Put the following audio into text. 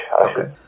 Okay